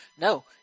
No